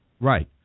Right